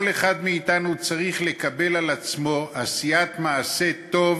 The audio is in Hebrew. כל אחד מאתנו צריך לקבל על עצמו עשיית מעשה טוב